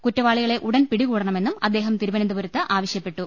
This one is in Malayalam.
കുറ്റവാളികളെ ഉടൻ പിടികൂടണമെന്നും അദ്ദേഹം തിരുവ നന്തപുരത്ത് ആവശ്യപ്പെട്ടു